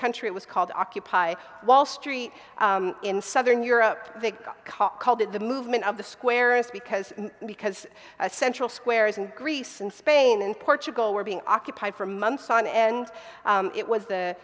country it was called occupy wall street in southern europe they called it the movement of the squarest because because a central square is in greece and spain and portugal were being occupied for months on end it was the